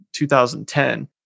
2010